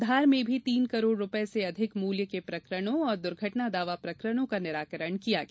धार में भी तीन करोड़ रुपये से अधिक मूल्य के प्रकरणों और दुर्घटना दावा प्रकरणों का निराकरण किया गया